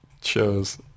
shows